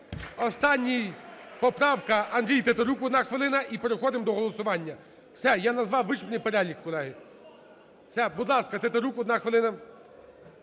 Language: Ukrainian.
Останній, поправка Андрій Тетерук, одна хвилина і переходимо до голосування. Все, я назвав вичерпний перелік, колеги. Все, будь ласка, Тетерук, одна хвилина.